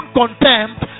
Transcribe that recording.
contempt